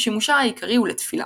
ושימושה העיקרי הוא לתפילה.